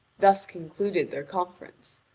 thus concluded their conference.